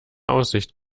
aussicht